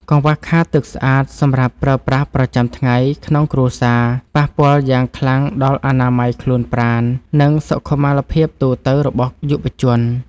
កង្វះខាតទឹកស្អាតសម្រាប់ប្រើប្រាស់ប្រចាំថ្ងៃក្នុងគ្រួសារ ប៉ះពាល់យ៉ាងខ្លាំងដល់អនាម័យខ្លួនប្រាណ និង សុខុមាលភាពទូទៅរបស់យុវជន។